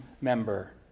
member